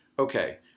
okay